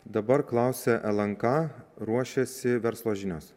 dabar klausia lnk ruošiasi verslo žinios